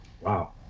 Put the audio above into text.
Wow